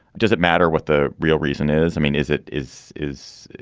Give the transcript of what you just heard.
does it matter what the real reason is? i mean, is it is is.